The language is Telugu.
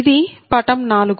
ఇది పటం 4